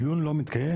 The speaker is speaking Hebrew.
לא.